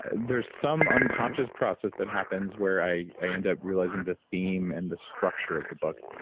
there's some unconscious process that happens where i i end up realizing the theme and the structure of the book,